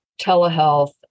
telehealth